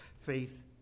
faith